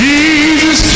Jesus